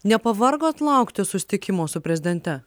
nepavargot laukti susitikimo su prezidente